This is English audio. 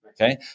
okay